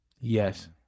yes